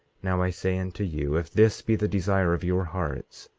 now i say unto you, if this be the desire of your hearts,